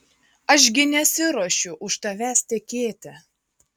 aš gi nesiruošiu už tavęs tekėti